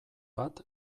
bat